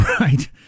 Right